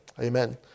Amen